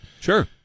sure